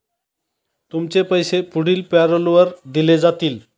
तुमचे पैसे पुढील पॅरोलवर दिले जातील